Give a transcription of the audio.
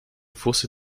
fosse